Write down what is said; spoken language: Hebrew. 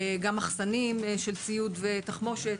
גם מחסנים של ציוד ותחמושת,